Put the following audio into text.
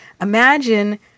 Imagine